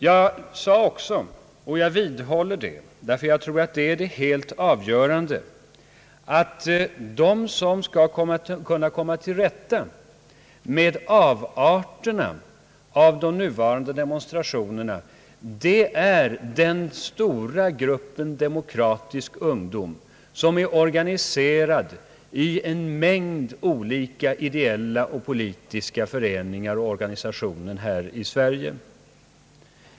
Jag sade också, och jag vidhåller det därför att jag tror att det är det helt avgörande, att de som skall komma till rätta med avarterna av de nuvarande demonstrationerna är den stora grupp demokratisk ungdom, som är organise rad i en mängd olika ideella och politiska föreningar i Sverige.